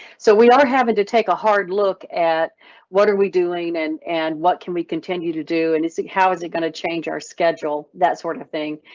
so we are having to take a hard look at what are we doing and and what can we continue to do and like how is it going to change our schedule. that sort of thing.